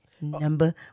number